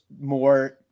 more